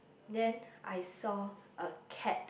then I saw a cat